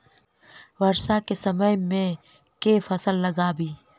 वर्षा केँ समय मे केँ फसल लगाबी?